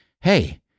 hey